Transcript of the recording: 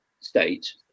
state